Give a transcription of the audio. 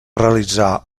realitzar